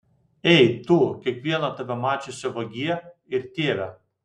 ei tu kiekvieno tave mačiusio vagie ir tėve